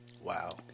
Wow